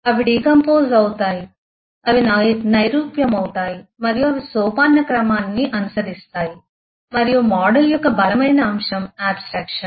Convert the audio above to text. అవి డికంపోస్ అవుతాయి అవి నైరూప్యమవుతాయి మరియు అవి సోపానక్రమాన్ని అనుసరిస్తాయి మరియు మోడల్ యొక్క బలమైన అంశం ఆబ్స్ట్రక్షన్